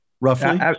roughly